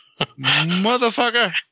Motherfucker